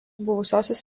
buvusios